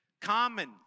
common